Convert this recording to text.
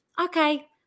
okay